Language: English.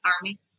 Army